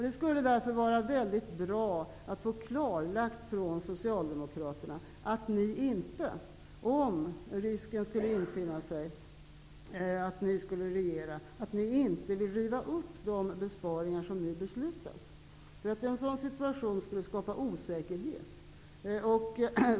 Det skulle därför vara väldigt bra att från Socialdemokraterna få klarlagt att ni, om ni skulle komma att regera, inte kommer att riva upp de besparingar som riksdagen nu fattar beslut om. En sådan situation skulle nämligen skapa osäkerhet.